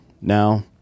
now